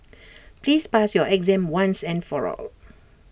please pass your exam once and for all